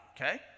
okay